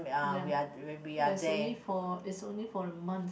ya but it's only for it's only for a month